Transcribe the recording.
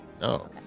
No